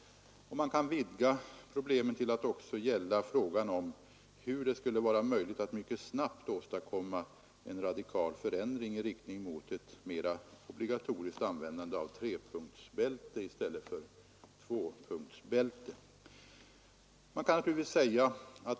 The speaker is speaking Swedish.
Man kan vidga problemen till att också gälla frågan om hur det skulle vara möjligt att mycket snabbt åstadkomma en radikal förändring i riktning mot ett mera obligatoriskt användande av trepunktsbältet i stället för tvåpunktsbältet.